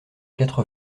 quatre